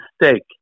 mistake